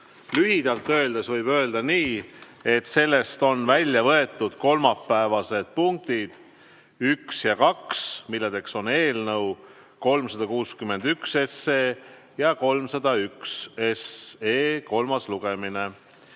Lühidalt öeldes võib öelda nii, et sellest on välja võetud kolmapäevased punktid 1 ja 2, milleks on 361 SE ja 301 SE kolmas lugemine.